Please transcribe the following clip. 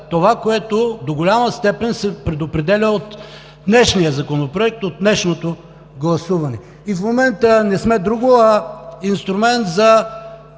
това, което до голяма степен се предопределя от днешния законопроект, от днешното гласуване. В момента не сме друго, а инструмент за